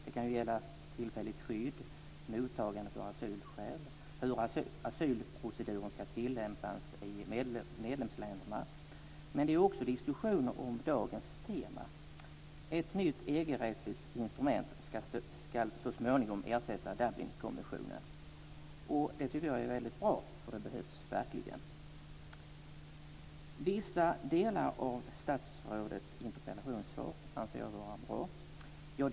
Det kan gälla tillfälligt skydd, mottagande av asylskäl eller hur asylproceduren ska tillämpas i medlemsländerna. Diskussioner om dagens tema förs också. Ett nytt EG-rättsligt instrument ska så småningom ersätta Dublinkonventionen. Det tycker jag är bra - det behövs verkligen. Vissa delar av statsrådets interpellationssvar anser jag vara bra.